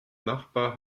nachbar